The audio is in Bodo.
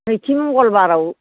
नैथि मंगलबाराव